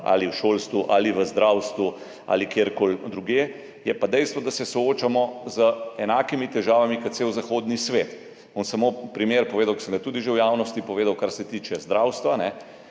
ali v šolstvu ali v zdravstvu ali kjerkoli drugje. Je pa dejstvo, da se soočamo z enakimi težavami kot cel zahodni svet. Bom povedal samo primer, ki sem ga tudi že v javnosti povedal, kar se tiče zdravstva,